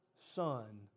Son